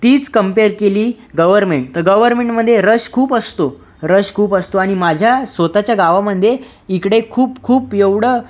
तीच कंपेयेर केली गव्हर्नमेंट तर गव्हर्नमेंटमध्ये रष खूप असतो रष खूप असतो आणि माझ्या स्वतःच्या गावामंध्ये इकडे खूप खूप एवढं